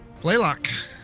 Playlock